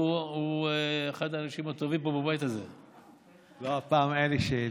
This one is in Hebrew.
מיכל קוטלר וונש, בבקשה.